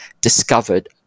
discovered